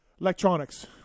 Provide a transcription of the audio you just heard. electronics